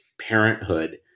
Parenthood